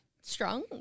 strong